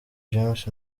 james